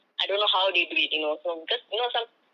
I don't know how they do it you know so cause you know some